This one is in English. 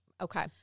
Okay